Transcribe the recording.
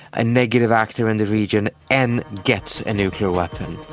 a negative actor in the region, and gets a nuclear weapon.